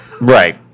Right